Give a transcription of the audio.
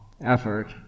effort